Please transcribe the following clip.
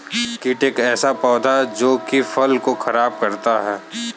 कीट एक ऐसा पौधा है जो की फसल को खराब करता है